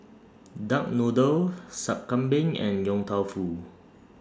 Duck Noodle Sup Kambing and Yong Tau Foo